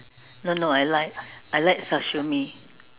no no I like I like sashimi